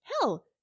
hell